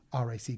RAC